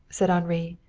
said henri,